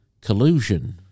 collusion